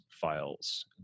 files